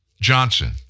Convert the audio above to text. Johnson